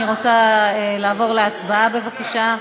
אני רוצה לעבור להצבעה, בבקשה.